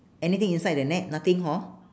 anything inside the net nothing hor